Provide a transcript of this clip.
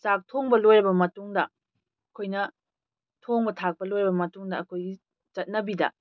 ꯆꯥꯛ ꯊꯣꯡꯕ ꯂꯣꯏꯔꯕ ꯃꯇꯨꯡꯗ ꯑꯩꯈꯣꯏꯅ ꯊꯣꯡꯕ ꯊꯥꯛꯄ ꯂꯣꯏꯔꯕ ꯃꯇꯨꯡꯗ ꯑꯩꯈꯣꯏꯒꯤ ꯆꯠꯅꯕꯤꯗ